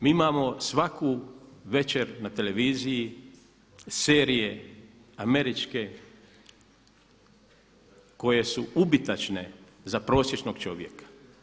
Mi imamo svaku večer na televiziji serije američke koje su ubitačne za prosječnog čovjeka.